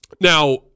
Now